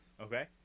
Okay